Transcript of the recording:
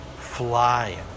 flying